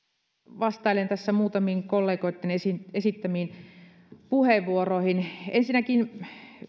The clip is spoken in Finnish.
vastailen tässä muutamiin kollegoitten esittämiin puheenvuoroihin ensinnäkin